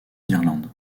d’irlande